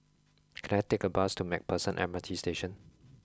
can I take a bus to MacPherson M R T Station